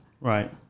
Right